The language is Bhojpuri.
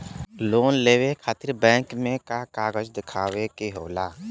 लोन लेवे खातिर बैंक मे का कागजात दिखावे के होला?